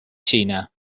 china